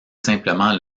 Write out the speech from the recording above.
simplement